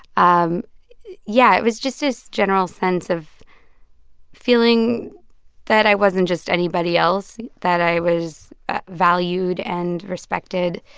um yeah, it was just this general sense of feeling that i wasn't just anybody else, that i was valued and respected.